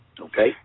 okay